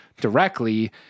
directly